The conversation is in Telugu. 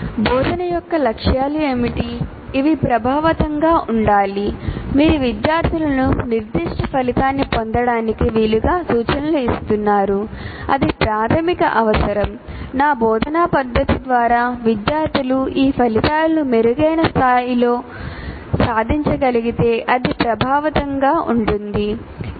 బోధన కొలుస్తాను